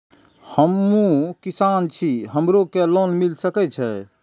हमू किसान छी हमरो के लोन मिल सके छे?